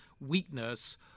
weakness